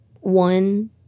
one